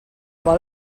vol